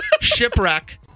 Shipwreck